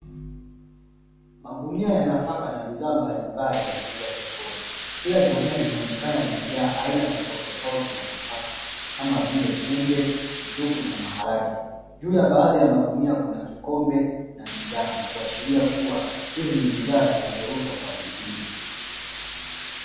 Magunia ya nafaka na bidhaa mbalimbali yakiuzwa sokoni, kila gunia linaonekana limejaa aina tofautitofauti za nafaka kama vile: kunde, njugu na maharage. Juu ya baadhi ya magunia kuna kikombe na mizani, kuashiria kuwa hizi ni bidhaa zinazouzwa kwa vipimo.